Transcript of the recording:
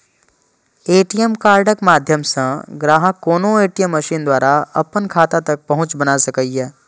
ATM कार्डक माध्यम सं ग्राहक कोनो ए.टी.एम मशीन द्वारा अपन खाता तक पहुंच बना सकैए